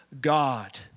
God